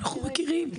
אנחנו מכירים.